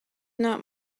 not